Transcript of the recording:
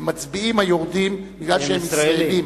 הם מצביעים, היורדים, כי הם ישראלים.